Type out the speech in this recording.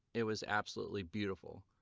it was absolutely beautiful